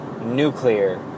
nuclear